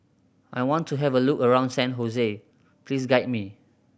I want to have a look around San Jose please guide me